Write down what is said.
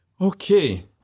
Okay